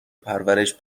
پرورش